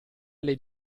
alle